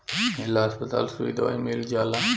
ए ला अस्पताल में सुई दवाई मील जाला